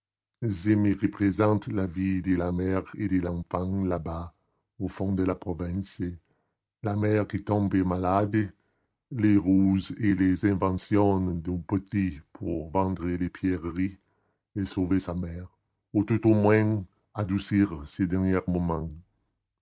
représente la vie de la mère et de l'enfant là-bas au fond de la province la mère qui tombe malade les ruses et les inventions du petit pour vendre les pierreries et sauver sa mère ou tout au moins adoucir ses derniers moments